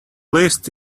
least